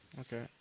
Okay